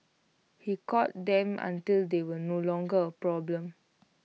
he caught them until they were no longer A problem